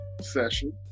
session